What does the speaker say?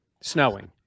snowing